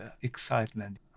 excitement